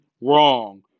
wrong